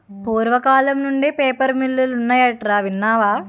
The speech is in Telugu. పూర్వకాలం నుండే పేపర్ మిల్లులు ఉన్నాయటరా ఇన్నావా